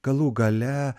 galų gale